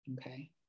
Okay